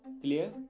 clear